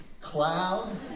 cloud